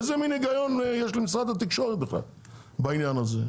איזה מין היגיון יש למשרד התקשורת בעניין הזה?